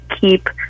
keep